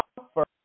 offer